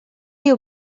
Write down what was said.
you